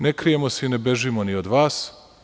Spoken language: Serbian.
Ne krijemo se i ne bežimo ni od vas.